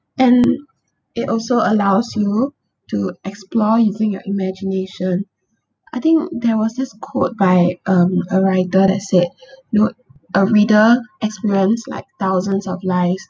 and it also allows you to explore using your imagination I think there was this quote by um a writer that said you know a reader experience like thousands of lives